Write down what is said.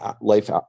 life